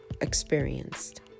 experienced